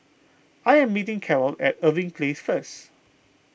I am meeting Carroll at Irving Place first